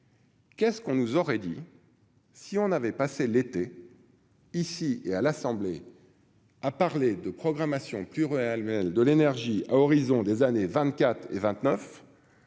Qu'est-ce qu'on nous aurait dit si on avait passé l'été ici et à l'Assemblée, a parlé de programmation plus réel de l'énergie à horizon des années vingt-quatre